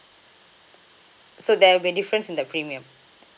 so there will be difference in the premium